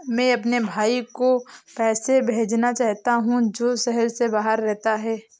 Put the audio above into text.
मैं अपने भाई को पैसे भेजना चाहता हूँ जो शहर से बाहर रहता है